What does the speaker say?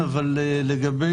אספר לך סיפור.